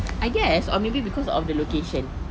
I guess or maybe because of the location